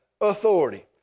authority